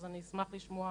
אז אני אשמח לשמוע